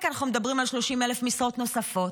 אנחנו מדברים על 30,000 משרות נוספות,